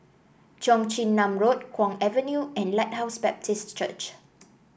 Cheong Chin Nam Road Kwong Avenue and Lighthouse Baptist Church